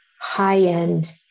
high-end